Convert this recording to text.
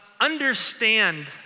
understand